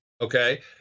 okay